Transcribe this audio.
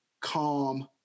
Calm